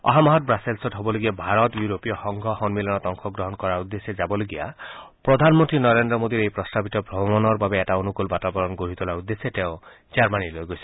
অহা মাহত ৱাছেলছত হ'বলগীয়া ভাৰত ইউৰোপীয় সংঘ সম্মিলনত অংশগ্ৰহণ কৰাৰ উদ্দেশ্যে যাবলগীয়া প্ৰধানমন্ত্ৰী নৰেন্দ্ৰ মোদীৰ এই প্ৰস্তাৱিত ভ্ৰমণৰ বাবে এটা অনুকূল বাতাবৰণ গঢ়ি তোলাৰ উদ্দেশ্যে তেওঁ জাৰ্মনীলৈ গৈছে